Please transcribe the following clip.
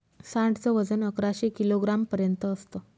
सांड च वजन अकराशे किलोग्राम पर्यंत असत